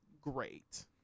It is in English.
great